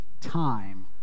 time